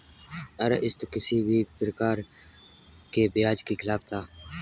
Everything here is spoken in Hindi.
अरस्तु किसी भी प्रकार के ब्याज के खिलाफ था